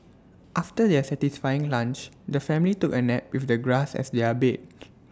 after their satisfying lunch the family took A nap with the grass as their bed